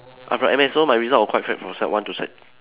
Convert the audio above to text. I'm from N_A so my result was quite bad from sec one to sec